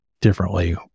differently